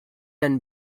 been